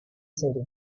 serio